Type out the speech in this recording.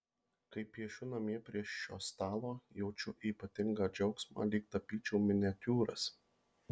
kai piešiu namie prie šio stalo jaučiu ypatingą džiaugsmą lyg tapyčiau miniatiūras